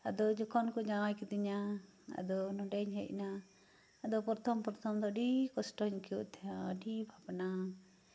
ᱟᱫᱚ ᱡᱚᱠᱷᱚᱱ ᱠᱚ ᱡᱟᱶᱟᱭ ᱠᱤᱫᱤᱧᱟ ᱟᱫᱚ ᱱᱚᱸᱰᱮᱧ ᱦᱮᱡ ᱮᱱᱟ ᱟᱫᱚ ᱯᱨᱚᱛᱷᱚᱢᱼᱯᱨᱚᱛᱷᱚᱢ ᱫᱚ ᱟᱹᱰᱤ ᱠᱚᱥᱴᱚᱧ ᱟᱹᱭᱠᱟᱹᱣᱮᱫ ᱛᱟᱦᱮᱱᱟ ᱟᱹᱰᱤ ᱵᱷᱟᱵᱱᱟ